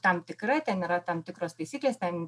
tam tikra ten yra tam tikros taisyklės ten